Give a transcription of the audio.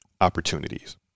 opportunities